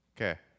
Okay